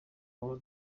twaba